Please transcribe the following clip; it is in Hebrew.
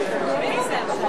לשם החוק